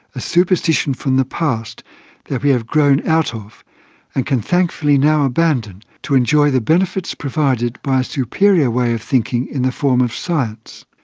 a superstition from the past that we have grown out of and can thankfully now abandon to enjoy the benefits provided by a superior way of thinking in the form of science.